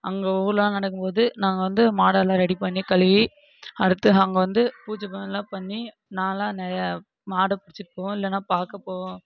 அங்கே ஊரிலலான் நடக்கும் போது நாங்கள் வந்து மாடை எல்லாம் ரெடி பண்ணி கழுவி அடுத்து நாங்கள் வந்து பூஜை மாதிரிலா பண்ணி நான்லான் நிறைய மாடு பிடிச்சிட்டு போவேன் இல்லனால் பார்க்க போவேன்